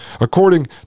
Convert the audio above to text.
According